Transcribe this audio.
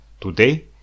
Today